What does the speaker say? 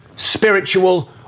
Spiritual